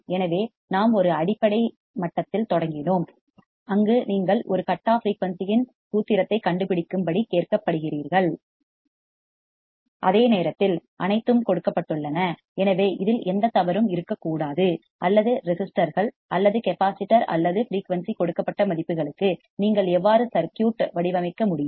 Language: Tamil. எனவே நாம் ஒரு அடிப்படை லெவலில் மட்டத்தில் தொடங்கினோம் அங்கு நீங்கள் ஒரு கட் ஆஃப் ஃபிரீயூன்சி இன் சூத்திரத்தைக் கண்டுபிடிக்கும்படி கேட்கப்படுகிறீர்கள் அதே நேரத்தில் அனைத்தும் கொடுக்கப்பட்டுள்ளன அல்லது ரெசிஸ்டர்கள் அல்லது கெப்பாசிட்டர் அல்லது ஃபிரீயூன்சி கொடுக்கப்பட்ட மதிப்புகளுக்கு நீங்கள் எவ்வாறு சர்க்யூட் வடிவமைக்க முடியும்